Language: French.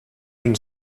une